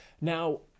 Now